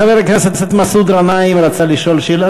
חבר הכנסת מסעוד גנאים רצה לשאול שאלה.